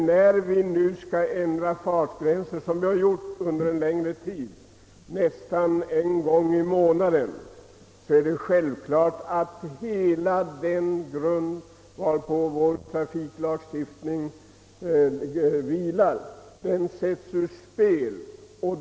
När vi ändrar fartgränserna, såsom skett under längre tid, nästan en gång varje månad, är det självklart att hela den grund, varpå vår trafiklagstiftning vilar, försättes ur spel.